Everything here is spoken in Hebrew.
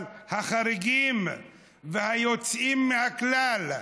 אבל החריגים והיוצאים מהכלל,